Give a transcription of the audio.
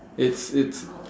it's it's